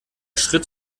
schritt